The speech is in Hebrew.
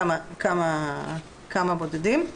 כמה בודדים.